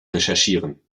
recherchieren